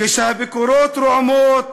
כשהביקורות רועמות,